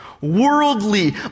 worldly